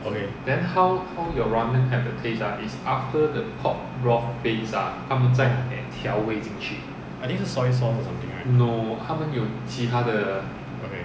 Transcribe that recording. okay I think 是 soy sauce or something right okay